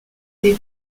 des